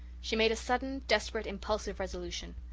she made a sudden, desperate, impulsive resolution.